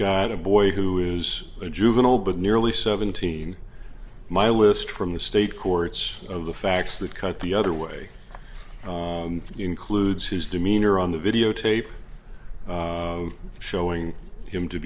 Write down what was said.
got a boy who is a juvenile but nearly seventeen my list from the state courts of the facts that cut the other way includes his demeanor on the videotape showing him to